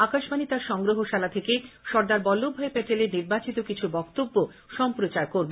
আকাশবাণী তার সংগ্রহশালা থেকে সর্দার বল্লভভাই প্যাটেলের নির্বাচিত কিছু বক্তব্য সম্প্রচার করবে